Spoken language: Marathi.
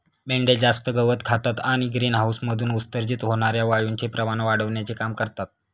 मेंढ्या जास्त गवत खातात आणि ग्रीनहाऊसमधून उत्सर्जित होणार्या वायूचे प्रमाण वाढविण्याचे काम करतात